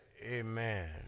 amen